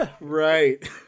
Right